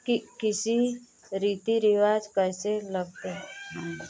किसी रीति रिवाज़ कैसे लगते हैं